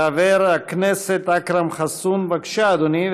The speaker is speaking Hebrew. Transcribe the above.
חבר הכנסת אכרם חסון, בבקשה, אדוני.